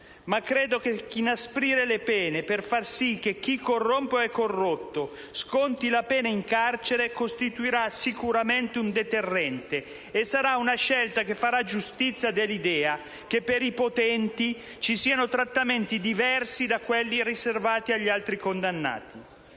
ma credo che inasprire le pene per far sì che chi corrompe o è corrotto sconti la pena in carcere costituirà sicuramente un deterrente e sarà una scelta che farà giustizia dell'idea che per i potenti ci siano trattamenti diversi da quelli riservati agli altri condannati.